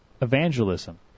evangelism